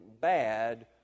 bad